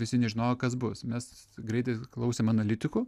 visi nežinojo kas bus mes greitai klausėm analitikų